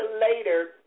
later